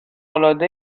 العاده